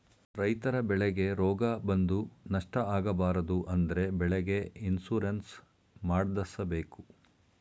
ರೈತರ ಬೆಳೆಗೆ ರೋಗ ಬಂದು ನಷ್ಟ ಆಗಬಾರದು ಅಂದ್ರೆ ಬೆಳೆಗೆ ಇನ್ಸೂರೆನ್ಸ್ ಮಾಡ್ದಸ್ಸಬೇಕು